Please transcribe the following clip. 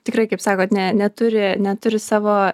tikrai kaip sakot ne neturi neturi savo